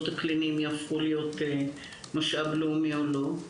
הקליניים יהפכו להיות משאב לאומי או לא,